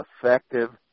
effective